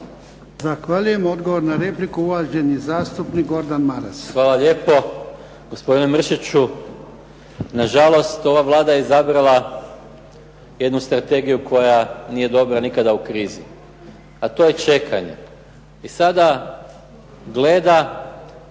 Zahvaljujem. Odgovor na repliku uvaženi zastupnik Gordan Maras. **Maras, Gordan (SDP)** Hvala lijepo. Gospodine Mršiću na žalost ova Vlada je izabrala jednu strategiju koja nije dobra nikada u krizi a to je čekanje, a sada gleda